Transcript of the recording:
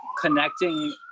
connecting